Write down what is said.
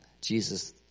Jesus